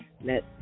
Let